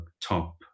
Top